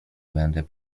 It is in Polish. będę